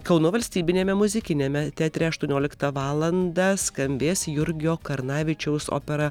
kauno valstybiniame muzikiniame teatre aštuonioliktą valandą skambės jurgio karnavičiaus opera